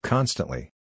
Constantly